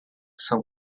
são